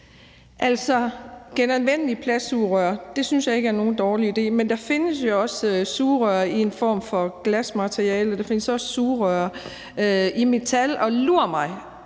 Altså, genanvendelige plastiksugerør synes jeg ikke er nogen dårlig idé, men der findes jo også sugerør i en form for glasmateriale, og der findes også sugerør af metal. Og jeg